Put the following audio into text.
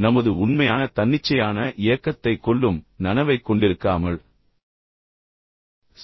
இப்போது முடிவு என்னவென்றால் நமது உண்மையான தன்னிச்சையான இயக்கத்தைக் கொல்லும் நனவைக் கொண்டிருக்காமல்